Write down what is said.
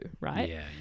right